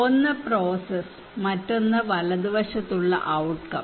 ഒന്ന് പ്രോസസ്സ് മറ്റൊന്ന് വലത് വശത്തുള്ള ഔട്ട്കം